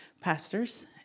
pastors